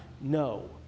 No